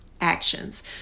actions